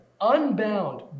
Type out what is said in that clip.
unbound